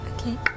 Okay